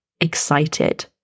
excited